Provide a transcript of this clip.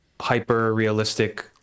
hyper-realistic